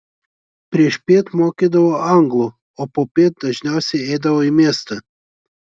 priešpiet mokydavo anglų o popiet dažniausiai eidavo į miestą